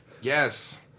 Yes